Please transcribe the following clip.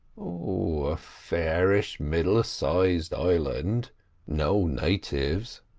oh, a fairish middle-sized island no natives.